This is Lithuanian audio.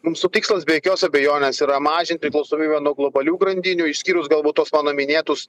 mūsų tikslas be jokios abejonės yra mažint priklausomybę nuo globalių grandinių išskyrus galbūt tos mano minėtus